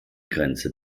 grenze